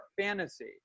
fantasy